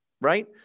right